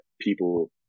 people